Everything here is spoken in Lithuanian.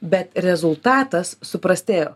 bet rezultatas suprastėjo